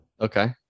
Okay